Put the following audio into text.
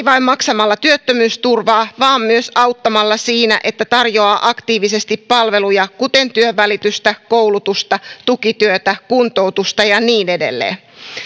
vain maksamalla työttömyysturvaa vaan myös auttamalla siinä että tarjoaa aktiivisesti palveluja kuten työnvälitystä koulutusta tukityötä kuntoutusta ja niin edelleen